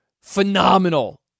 phenomenal